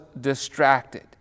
distracted